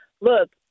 look